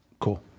cool